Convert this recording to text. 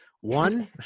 One